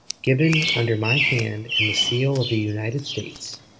given under my hand and the seal of the united states,